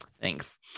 thanks